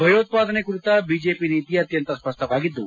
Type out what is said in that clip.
ಭಯೋತ್ಪಾದನೆ ಕುರಿತ ಬಿಜೆಪಿ ನೀತಿ ಅತ್ಯಂತ ಸ್ಪಷ್ಟವಾಗಿದ್ದು